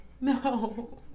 No